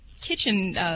kitchen